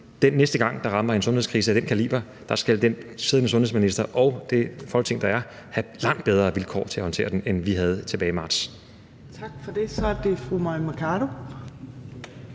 Næste gang en sundhedskrise af den kaliber rammer os, skal den siddende sundhedsminister og det Folketing, der er, have langt bedre vilkår til at håndtere den, end vi havde tilbage i marts. Kl. 14:43 Fjerde næstformand